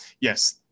yes